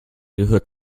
gehört